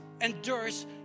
endures